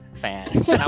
fans